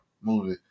movie